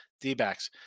D-backs